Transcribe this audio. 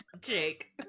Jake